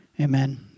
Amen